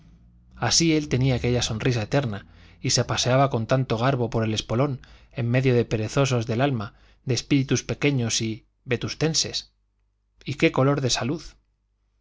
así él tenía aquella sonrisa eterna y se paseaba con tanto garbo por el espolón en medio de perezosos del alma de espíritus pequeños y vetustenses y qué color de salud